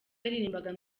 yaririmbaga